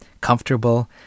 comfortable